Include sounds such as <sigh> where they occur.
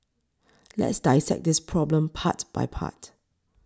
<noise> let's dissect this problem part by part